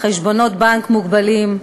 חשבונות בנק מוגבלים,